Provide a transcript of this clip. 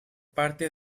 parte